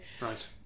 right